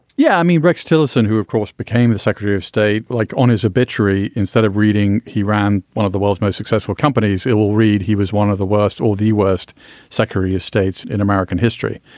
yeah i mean, rex tillerson, who, of course, became the secretary of state, like on his obituary instead of reading, he ran one of the world's most successful companies. it will read he was one of the worst or the worst secretary of states in american history.